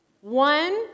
One